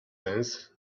sense